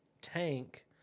tank